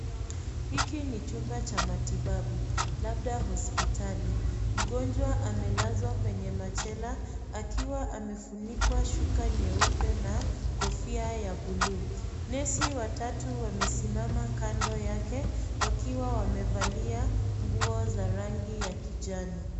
Hiki ni chumba cha matibabu, labda hospitali. Mgonjwa amelazwa kwenye machela akiwa amefunikwa shuka nyeupe na kofia ya bluu. Nesi watatu wamesimama kando yake wakiwa wamevalia nguo za rangi ya kijani.